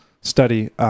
study